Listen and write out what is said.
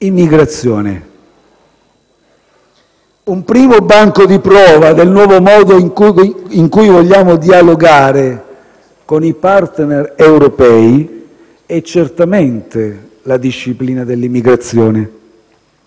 Immigrazione: un primo banco di prova del nuovo modo di dialogare con i *partner* europei è certamente la disciplina dell'immigrazione.